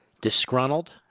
Disgruntled